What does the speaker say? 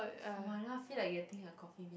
!wah! I now feel like getting a coffee-bean